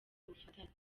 ubufatanye